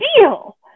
deal